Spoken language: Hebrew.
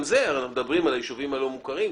מדברים על היישובים הלא מוכרים.